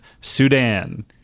Sudan